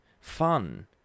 fun